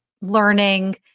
learning